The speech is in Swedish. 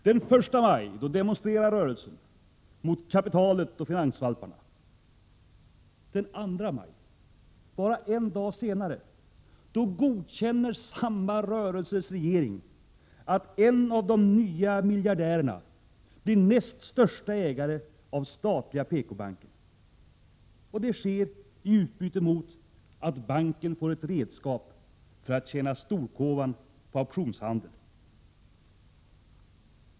Den 1 maj demonstrerar rörelsen mot kapitalet och ”finansvalparna”. Den 2 maj, bara en dag senare, godkänner samma rörelses regering att en av de nya miljardärerna blir näst största ägare av statliga PKbanken. Detta sker i utbyte mot att banken får ett redskap för att tjäna storkovan på optionshandeln.